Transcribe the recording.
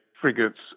frigates